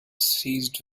seized